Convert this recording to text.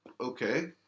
okay